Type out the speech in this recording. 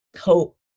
hope